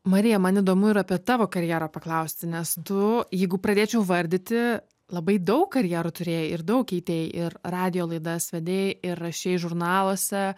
marija man įdomu ir apie tavo karjerą paklausti nes tu jeigu pradėčiau vardyti labai daug karjerų turėjai ir daug tai ir radijo laidas vedei ir rašei žurnaluose